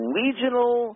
regional